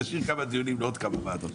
נשאיר עוד כמה דיונים לעוד כמה ועדות.